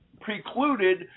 precluded